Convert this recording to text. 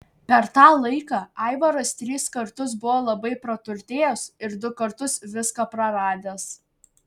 per tą laiką aivaras tris kartus buvo labai praturtėjęs ir du kartus viską praradęs